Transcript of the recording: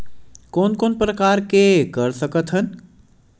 कोन कोन प्रकार के कर सकथ हन?